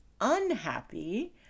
unhappy